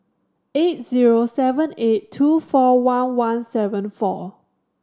eight zero seven eight two four one one seven four